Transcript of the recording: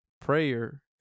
prayer